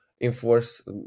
enforce